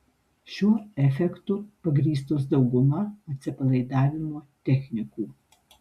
šiuo efektu pagrįstos dauguma atsipalaidavimo technikų